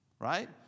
right